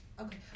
Okay